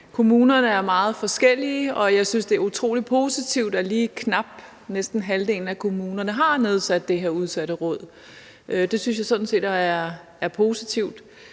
Kommunerne er meget forskellige, og jeg synes, det er utrolig positivt, at lige knap halvdelen af kommunerne har nedsat det her udsatteråd. Det synes jeg sådan set er positivt.